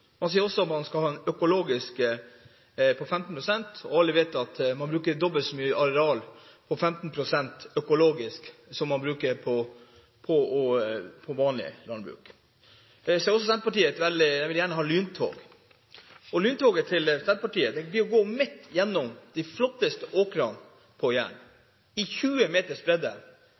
Man sier også at man skal ha 15 pst. økologisk produksjon i landbruket. Alle vet at man bruker dobbelt så mye areal på 15 pst. økologisk landbruk som man bruker på vanlig landbruk. Senterpartiet vil også gjerne ha lyntog. Lyntogene til Senterpartiet skal gå midt gjennom de flotteste åkrene på Jæren, i 20 meters